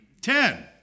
Ten